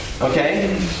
Okay